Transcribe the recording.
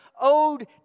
owed